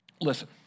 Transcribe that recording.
Listen